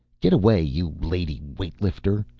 get away, you lady weight-lifter,